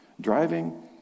driving